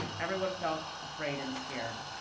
everyone felt afraid and scared.